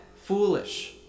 foolish